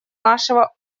нашего